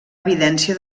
evidència